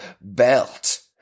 belt